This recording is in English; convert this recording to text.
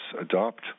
adopt